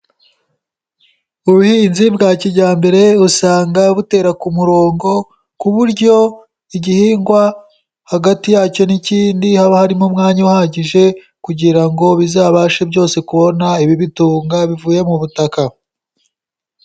Ubuhinzi bwa kijyambere usanga butera ku murongo, ku buryo igihingwa hagati yacyo n'ikindi haba harimo umwanya uhagije kugira ngo bizabashe byose kubona ibibitunga bivuye mu butaka.